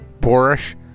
boorish